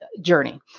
journey